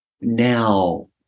Now